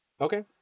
Okay